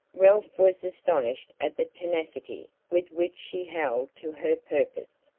ralph was astonished at the tenacity with which she held to her purpose.